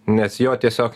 nes jo tiesiog